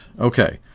Okay